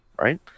right